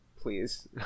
please